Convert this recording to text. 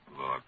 Look